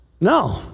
No